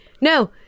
No